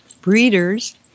breeders